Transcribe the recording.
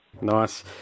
nice